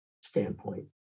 standpoint